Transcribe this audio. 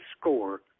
score